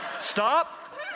Stop